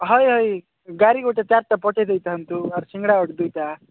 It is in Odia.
ହଇ ହଇ ଗାଡ଼ି ଗୋଟେ ଚାର୍ଟା ପଠେଇ ଦେଇଥାନ୍ତୁ ଆର୍ ସିଙ୍ଗଡ଼ା ଗୋଟେ ଦୁଇଟା